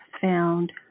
found